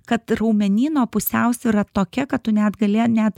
kad raumenyno pusiausvyra tokia kad tu net gali net